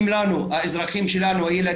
בסוף אנחנו נקבל תוכניות מפורטות שאי אפשר